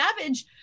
Savage